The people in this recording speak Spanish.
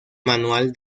manual